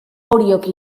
oriok